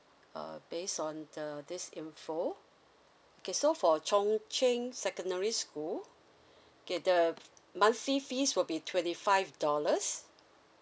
uh based on the this info so okay for chung cheng secondary school okay the monthly fees will be twenty five dollars